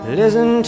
listen